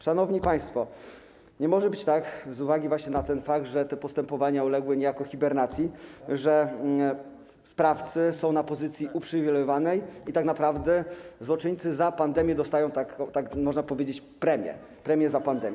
Szanowni państwo, nie może być tak, z uwagi właśnie na ten fakt, że te postępowania uległy niejako hibernacji, że sprawcy są na pozycji uprzywilejowanej i tak naprawdę złoczyńcy dostają, tak można powiedzieć, premię za pandemię.